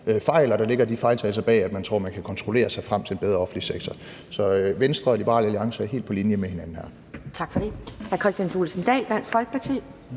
og der ligger de fejltagelser bag, at man tror, at man kan kontrollere sig frem til en bedre offentlig sektor. Så Venstre og Liberal Alliance er helt på linje med hinanden her.